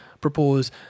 propose